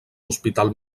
hospital